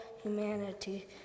humanity